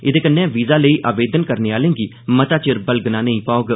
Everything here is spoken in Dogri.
एहदे कन्नै वीजालेई आवेदन करने आले गी मता चिर बलगना नेई पौग